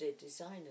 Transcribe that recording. designers